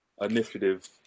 initiative